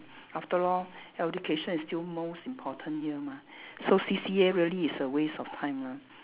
after all education is still most important here mah so C_C_A really is a waste of time lah